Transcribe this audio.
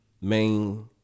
main